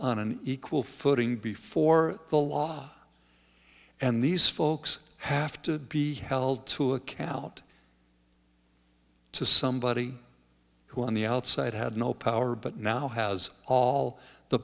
on an equal footing before the law and these folks have to be held to account to somebody who on the outside had no power but now has all the